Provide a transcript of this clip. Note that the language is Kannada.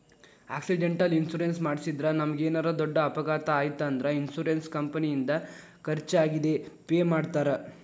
ಆಕ್ಸಿಡೆಂಟಲ್ ಇನ್ಶೂರೆನ್ಸ್ ಮಾಡಿಸಿದ್ರ ನಮಗೇನರ ದೊಡ್ಡ ಅಪಘಾತ ಆಯ್ತ್ ಅಂದ್ರ ಇನ್ಶೂರೆನ್ಸ್ ಕಂಪನಿಯಿಂದ ಖರ್ಚಾಗಿದ್ ಪೆ ಮಾಡ್ತಾರಾ